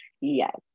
yes